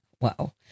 Wow